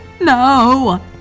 No